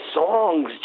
songs